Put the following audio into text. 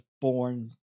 born